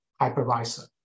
hypervisor